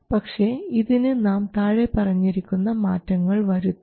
പക്ഷേ ഇതിന് നാം താഴെ പറഞ്ഞിരിക്കുന്ന മാറ്റങ്ങൾ വരുത്തും